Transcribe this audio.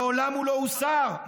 מעולם הוא לא הוסר.